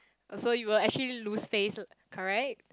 also you will actually lose face correct